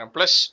Plus